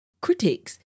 critics